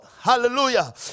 Hallelujah